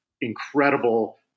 incredible